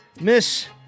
Miss